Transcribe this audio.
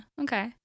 Okay